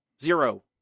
Zero